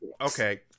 Okay